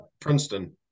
Princeton